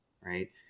right